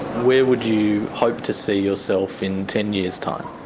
where would you hope to see yourself in ten years' time?